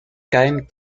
caen